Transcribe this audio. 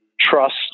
trust